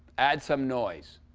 add some noise